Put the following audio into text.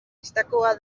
bistakoa